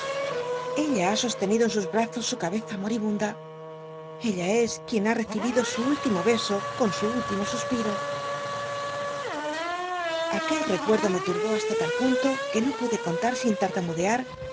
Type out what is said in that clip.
ella ha sostenido en sus brazos su cabeza moribunda ella es quién ha recibido su último beso con su último suspiro aquel recuerdo me turbó hasta tal punto que no pude contar sin tartamudear